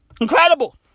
incredible